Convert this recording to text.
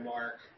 Mark